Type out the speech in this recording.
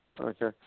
Okay